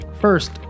First